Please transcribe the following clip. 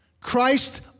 Christ